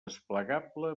desplegable